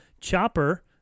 Chopper